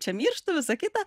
čia mirštu visa kita